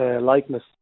likeness